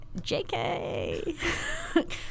Jk